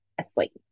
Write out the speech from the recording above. asleep